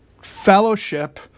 fellowship